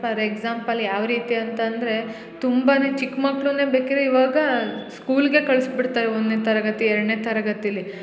per example ಯಾವ ರೀತಿ ಅಂತಂದರೆ ತುಂಬ ಚಿಕ್ಕ ಮಕ್ಕಳನ್ನೇ ಬೇಕಿರೆ ಇವಾಗ ಸ್ಕೂಲ್ಗೆ ಕಳ್ಸಿ ಬಿಡ್ತಾರೆ ಒಂದನೇ ತರಗತಿ ಎರಡನೇ ತರಗತಿಯಲ್ಲಿ